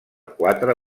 quatre